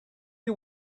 you